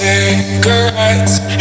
Cigarettes